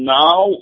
now